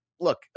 look